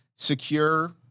secure